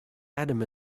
adam